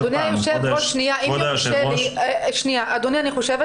אני חושבת